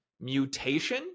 mutation